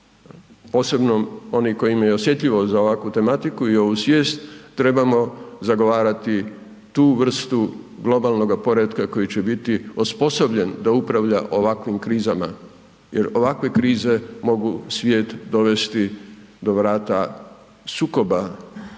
posebno oni koji imaju osjetljivost za ovakvu tematiku i ovu svijest trebamo zagovarati tu vrstu globalnoga poretka koji će biti osposobljen da upravlja ovakvim krizama jer ovakve krize mogu svijet dovesti do vrata sukoba,